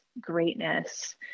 greatness